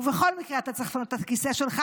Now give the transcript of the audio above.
ובכל מקרה אתה צריך לפנות את הכיסא שלך,